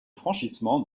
franchissement